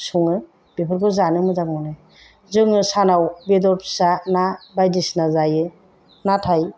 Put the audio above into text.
सङो बेफोरखौ जानो मोजां मोनो जोङो सानाव बेदर फिसा ना बायदिसिना जायो नाथाय